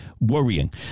worrying